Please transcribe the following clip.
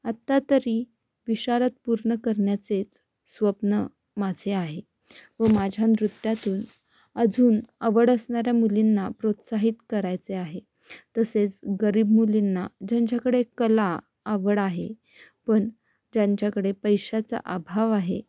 आत्ता तरी विशारद पूर्ण करण्याचेच स्वप्न माझे आहे व माझ्या नृत्यातून अजून आवड असणाऱ्या मुलींना प्रोत्साहित करायचे आहे तसेच गरीब मुलींना ज्यांच्याकडे कला आवड आहे पण ज्यांच्याकडे पैशाचा अभाव आहे